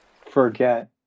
Forget